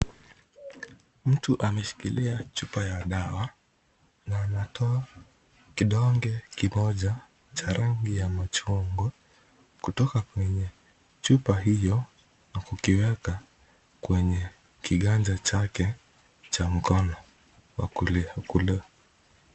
Mtu ameshikilia chupa ya dawa, na anatoa kidonge kimoja cha rangi ya machungwa kutoka kwenye chupa hiyo na kukiweka kwenye kiganja chake cha mkono wa kulia.